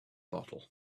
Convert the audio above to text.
bottle